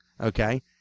Okay